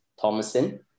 Thomason